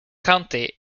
county